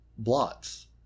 blots